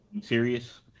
serious